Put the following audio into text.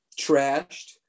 trashed